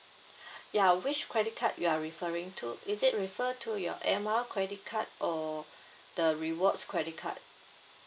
ya which credit card you are referring to is it refer to your air mile credit card or the rewards credit card